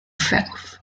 cells